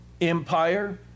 Empire